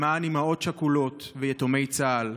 למען אימהות שכולות ויתומי צה"ל,